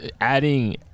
adding